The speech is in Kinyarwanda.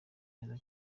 neza